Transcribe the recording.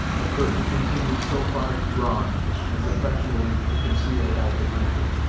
the curtain continued so far drawn as effectually to conceal all behind it.